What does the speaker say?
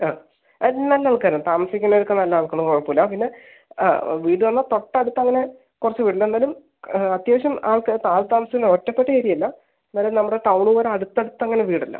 ആ നല്ല ആൾക്കാരാണ് താമസിക്കുന്നവർ ഒക്കെ നല്ല ആൾക്കാരാണ് കുഴപ്പം ഇല്ല പിന്നെ വീട് പറഞ്ഞാൽ തൊട്ടടുത്ത് അങ്ങനെ കുറച്ച് വീട് ഉണ്ട് എന്നാലും അത്യാവശ്യം ആൾത്താമസമെന്ന് ഒറ്റപ്പെട്ട ഏരിയ അല്ല എന്നാലും നമ്മുടെ ടൗൺ പോലെ അടുത്തടുത്ത് അങ്ങനെ വീട് ഇല്ല